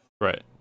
Right